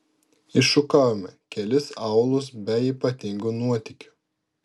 iššukavome kelis aūlus be ypatingų nuotykių